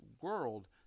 world